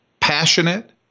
passionate